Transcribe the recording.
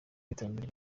iterambere